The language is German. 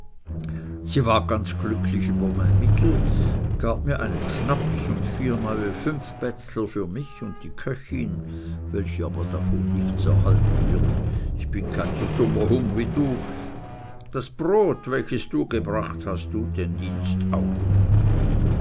sie war ganz glücklich über mein mittel gab mir einen schnaps und vier neue fünfbätzler für mich und die köchin welche aber nichts davon erhalten wird ich bin kein so dummer hung wie du das brot welches du gebracht hast tut den dienst auch